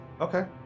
okay